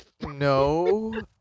no